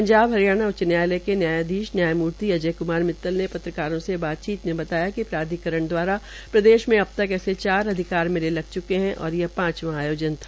पंजाब हरियाणा उच्च न्यायालय के न्यायाधीश न्यायमूर्ति अजय क्मार मित्तल ने पत्रकारों को बताया कि प्राधिकरण दवारा प्रदेश में अबतक ऐसे चार अधिकार मेले लग च्के है और यह पांचवा आयोजन था